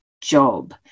job